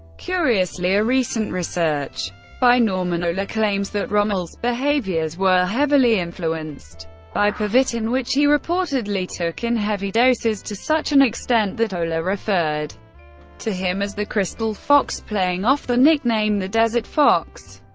curiously, a recent research by norman ohler claims that rommel's behaviours were heavily influenced by pervitin which he reportedly took in heavy doses, to such an extent that ohler referred to him as the crystal fox playing off the nickname the desert fox.